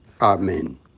Amen